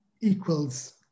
equals